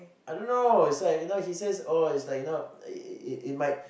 I don't know it's like you know he says oh it's like you know it it it might